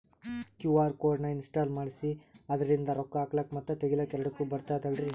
QR code ನ ಇನ್ಸ್ಟಾಲ ಮಾಡೆಸಿ ಅದರ್ಲಿಂದ ರೊಕ್ಕ ಹಾಕ್ಲಕ್ಕ ಮತ್ತ ತಗಿಲಕ ಎರಡುಕ್ಕು ಬರ್ತದಲ್ರಿ?